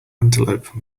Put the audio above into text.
antelope